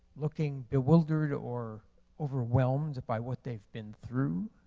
looking bewildered or overwhelmed by what they've been through.